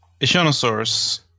Ishanosaurus